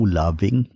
loving